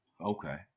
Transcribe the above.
Okay